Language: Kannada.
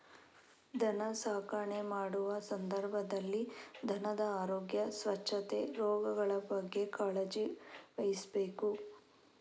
ದನ ಸಾಕಣೆ ಮಾಡುವ ಸಂದರ್ಭದಲ್ಲಿ ದನದ ಆರೋಗ್ಯ, ಸ್ವಚ್ಛತೆ, ರೋಗಗಳ ಬಗ್ಗೆ ಕಾಳಜಿ ವಹಿಸ್ಬೇಕು